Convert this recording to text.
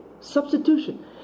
substitution